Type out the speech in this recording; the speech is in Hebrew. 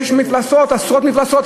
יש עשרות מפלסות,